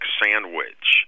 sandwich